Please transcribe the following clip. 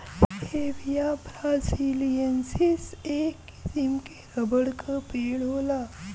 Hevea brasiliensis, एक किसिम क रबर क पेड़ होला